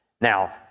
Now